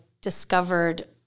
discovered